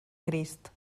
crist